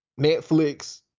Netflix